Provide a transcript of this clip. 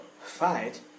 fight